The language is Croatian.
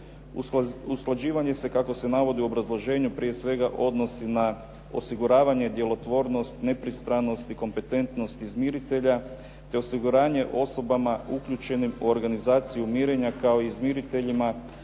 Usklađivanje se, kako se navodi u obrazloženju, prije svega odnosi na osiguravanje, djelotvornost, nepristranost i kompetentnost izmiritelja te osiguranje osobama uključenim u organizaciju mirenja, kao i izmiriteljima